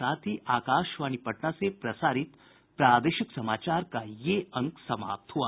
इसके साथ ही आकाशवाणी पटना से प्रसारित प्रादेशिक समाचार का ये अंक समाप्त हुआ